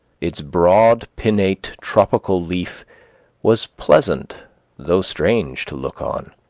its broad pinnate tropical leaf was pleasant though strange to look on.